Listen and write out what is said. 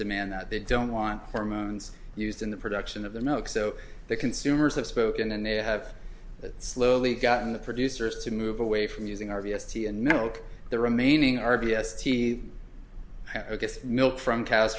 demand that they don't want hormones used in the production of the milk so the consumers have spoken and they have it slowly gotten the producers to move away from using r v s t and milk the remaining r v s t milk from cows